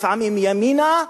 לפעמים ימינה,